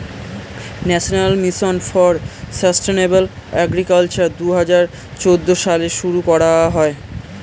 national mission for sustainable agriculture দুহাজার চৌদ্দ সালে শুরু করা হয়